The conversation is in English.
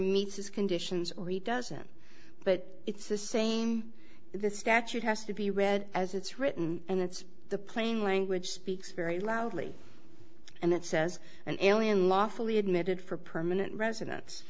meets his conditions or he doesn't but it's the same the statute has to be read as it's written and that's the plain language speaks very loudly and that says an alien lawfully admitted for permanent residen